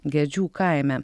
gedžių kaime